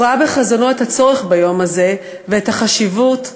הוא ראה בחזונו את הצורך ביום הזה, ואת החשיבות.